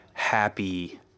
happy